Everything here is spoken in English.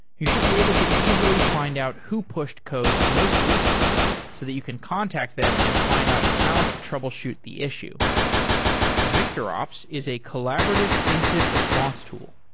you should be able to easily fi nd out who pushed code most recently so that you can contact them and fi nd out how to troubleshoot the issue victorops is a collaborative incident response tool.